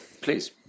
please